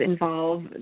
involve